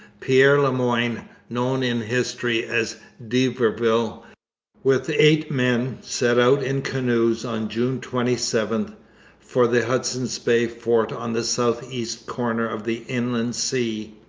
pierre le moyne known in history as d'iberville with eight men, set out in canoes on june twenty seven for the hudson's bay fort on the south-east corner of the inland sea.